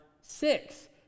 six